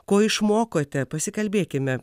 ko išmokote pasikalbėkime